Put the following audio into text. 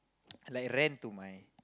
like rant to my